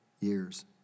years